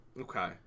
Okay